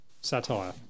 satire